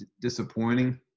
disappointing